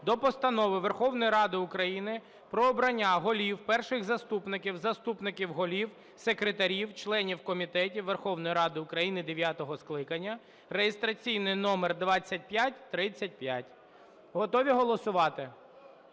до Постанови Верховної Ради України "Про обрання голів, перших заступників, заступників голів, секретарів, членів комітетів Верховної Ради України дев'ятого скликання" (реєстраційний номер 2535). Готові голосувати?